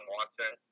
Watson